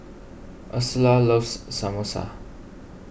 Ursula loves Samosa